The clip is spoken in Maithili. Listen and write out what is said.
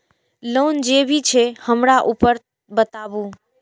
लोन जे भी छे हमरा ऊपर बताबू?